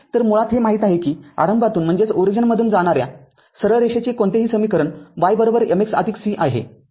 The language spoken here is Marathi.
तरमुळात हे माहीत आहे कि आरंभातुन जाणाऱ्या सरळ रेषेचे कोणतेही समीकरण y mx c आहे